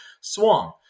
swung